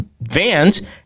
vans